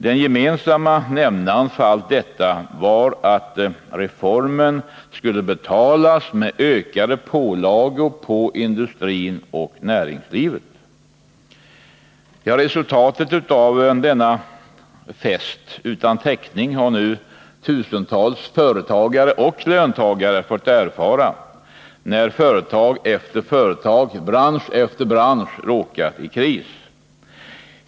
Den gemensamma nämnaren för allt detta var att reformen skulle betalas med ökade pålagor på industri och övrigt näringsliv. Resultatet av denna fest utan täckning för kostnaderna har nu tusentals företagare och löntagare fått erfara när företag efter företag, bransch efter bransch, råkat i kris.